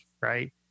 right